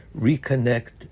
reconnect